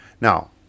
Now